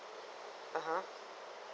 (uh huh)